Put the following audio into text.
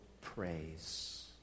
praise